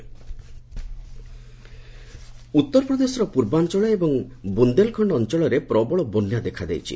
UP flood ଉତ୍ତରପ୍ରଦେଶର ପୂର୍ବାଞ୍ଚଳ ଏବଂ ବ୍ରନ୍ଦେଲଖଣ୍ଡ ଅଞ୍ଚଳରେ ପ୍ରବଳ ବନ୍ୟା ଦେଖାଦେଇଛି